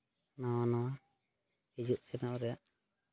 ᱱᱟᱣᱟ ᱱᱟᱣᱟ ᱦᱤᱡᱩᱜ ᱥᱮᱱᱚᱜ ᱨᱮ